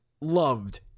loved